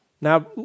Now